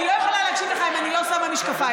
אני לא מצפה מחברי הכנסת מהרשימה המשותפת לתמוך בחוק.